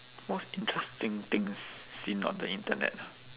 most interesting thing seen on the internet ah